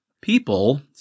people